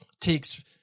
takes